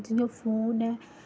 फ्ही जियां फोन ऐ